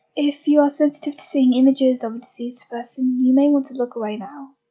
if you are sensitive to seeing images of a deceased person, you may want to look away now.